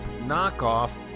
knockoff